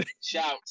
Shout